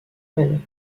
malheurs